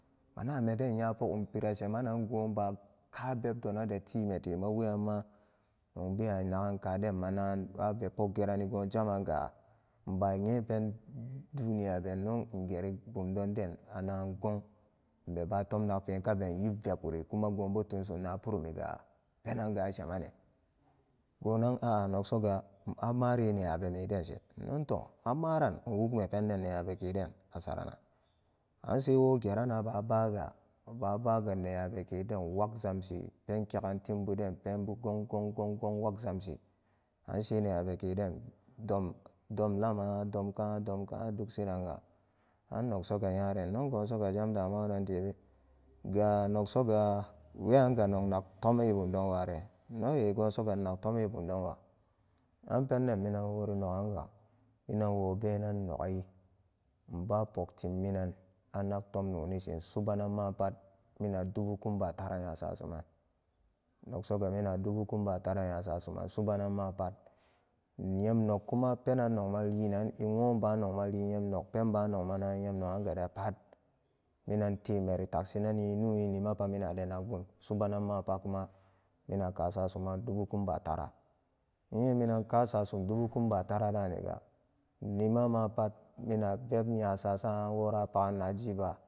Manameden nyapogum pira shemanan gobu ka bebdonade timetema weyanma nogbewa nagan kade managan abe poggerani go jammanga inbanyepen duniyabe innon ingeri bumdonden anagangong inbeba tom nagpe kaben iyibvekuri kuma gobo tumsun na purumiga penanga ashemane gonan a'a nogsoya in-amare neyabeme denshe innoto amaran inwugme penden nenyabekeden asaranan an sewo geran abaga ababaga ne nyabe keden wakzamshi penkegan timbuden penbu gonggonggonggong wugzumshi anshe nenyabe keden dom domlama adomkan adomkan a dugsiranga annogsoga nyare innogosoga jam damuwadontebe ga nogsoga weyanga nognagtome bumdon wure inno ehh gosoga innagtome bumdon wa an penden minan wori no'anga minan wobe nannogai inbupogtimminan anagtom nonishin subunan maapat minana dubu kumbu taara nyasusu man nogsoga mina a dubu teumba tara nyasasuman subananmapat inyem nokkuma penan nogmalinan e woban ba nogmalinyemnog penba nog managan nyemnoganga de pat minan temeri takshinani nu e nima pat minan ade nagbun subananmaput nogma mina a kasa suman dubu kumbu tara innye minan kasasum dubu kumbataraduniga nima mapat mina beb nyasasan wora a pagan najiba